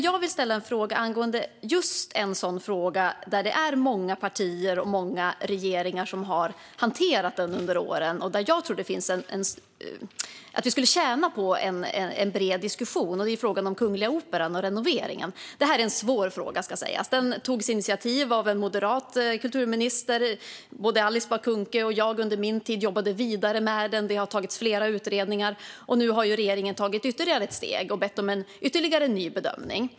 Jag vill ställa en fråga angående ett ärende som många partier och regeringar har hanterat under åren - jag tror att vi skulle tjäna på en bred diskussion - nämligen renoveringen av Kungliga Operan. Det är en svår fråga. Det togs initiativ av en moderat kulturminister. Både Alice Bah Kuhnke och jag under min tid som statsråd jobbade vidare med frågan. Det har lagts fram flera utredningar, och nu har regeringen tagit ytterligare ett steg och bett om en ytterligare bedömning.